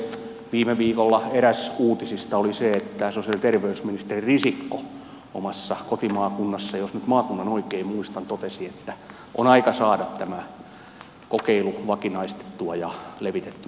toisekseen viime viikolla eräs uutisista oli se että sosiaali ja terveysministeri risikko omassa kotimaakunnassaan jos nyt maakunnan oikein muistan totesi että on aika saada tämä kokeilu vakinaistettua ja levitettyä ympäri maan